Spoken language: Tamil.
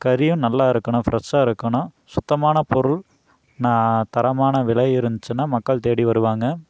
கறியும் நல்லா இருக்கணும் ஃப்ரெஷ்ஷாக இருக்கணும் சுத்தமான பொருள் நா தரமான விலை இருந்துச்சின்னா மக்கள் தேடி வருவாங்க